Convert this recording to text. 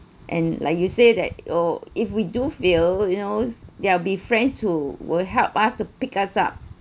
and like you say that oh if we do feel you know there will be friends who will help us to pick us up